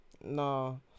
No